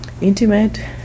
intimate